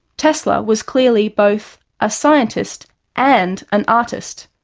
tesla was clearly both a scientist and an artist.